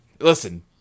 Listen